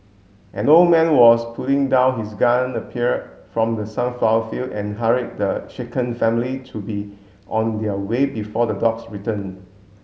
an old man who was putting down his gun appeared from the sunflower field and hurried the shaken family to be on their way before the dogs return